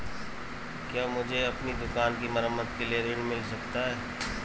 क्या मुझे अपनी दुकान की मरम्मत के लिए ऋण मिल सकता है?